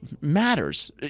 matters